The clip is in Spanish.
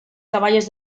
caballos